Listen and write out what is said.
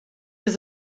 was